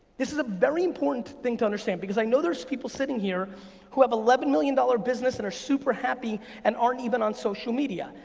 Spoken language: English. this is a very important thing to understand because i know there's people sitting here who have eleven million dollar business and are super happy and aren't even on social media.